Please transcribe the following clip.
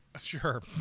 Sure